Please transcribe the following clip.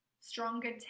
stronger